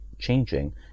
changing